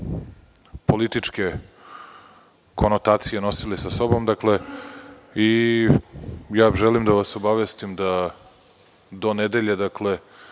političke konotacije nosili sa sobom, dakle, želim da vas obavestim da do nedelje, dakle,